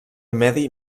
medi